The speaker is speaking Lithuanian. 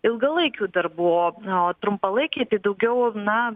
ilgalaikių darbų o o trumpalaikiai tai daugiau na